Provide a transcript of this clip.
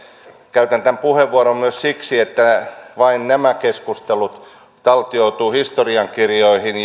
käytän tämän puheenvuoron myös siksi että vain nämä keskustelut taltioituvat historiankirjoihin